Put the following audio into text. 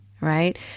Right